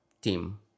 team